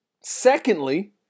Secondly